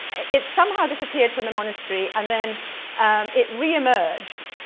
it somehow disappeared from the monastery and then it re-emerged